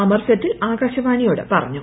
അമർ ഫെറ്റിൽ ആകാശവാണിയോട് പറഞ്ഞു